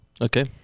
Okay